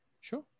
Sure